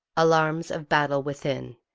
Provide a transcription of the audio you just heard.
alarms of battle within.